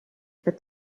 for